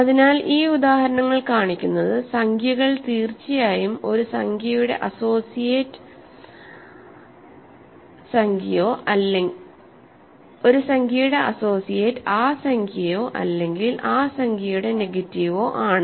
അതിനാൽ ഈ ഉദാഹരണങ്ങൾ കാണിക്കുന്നത് സംഖ്യകൾ തീർച്ചയായുംഒരു സംഖ്യയുടെ അസോസിയേറ്റ് ആ സംഖ്യയോ അല്ലെങ്കിൽ ആ സംഖ്യയുടെ നെഗറ്റീവോ ആണ്